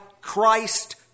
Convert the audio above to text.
Christ